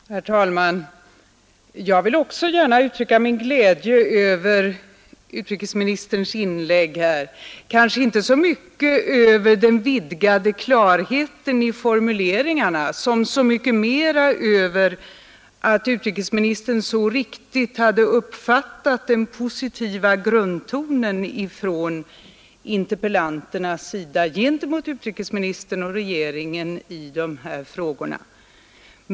Herr talman! Jag vill också gärna uttrycka min glädje över utrikesministerns inlägg, kanske inte så mycket över den vidgade klarheten i formuleringarna, som så mycket mera över att utrikesministern så riktigt hade uppfattat den positiva grundtonen från interpellanternas sida gentemot utrikesministern och regeringen i de här frågorna.